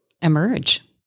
emerge